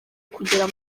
kugera